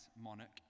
monarch